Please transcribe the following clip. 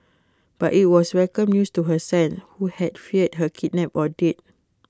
but IT was welcome news to her son who had feared her kidnapped or dead